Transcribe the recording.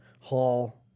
Hall